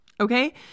Okay